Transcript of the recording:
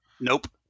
nope